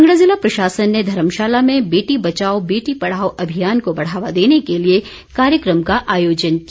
कांगड़ा ज़िला प्रशासन ने धर्मशाला में बेटी बचाओ बेटी पढ़ाओ अभियान को बढ़ावा देने के लिए कार्यक्रम का आयोजन किया